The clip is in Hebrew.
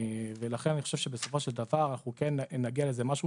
ולכן אני חושב שבסופו של דבר אנחנו כן נגיע לאיזה משהו